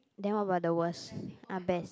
then what about the worst uh best